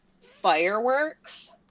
fireworks